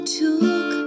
took